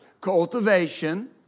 Cultivation